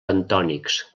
bentònics